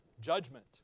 Judgment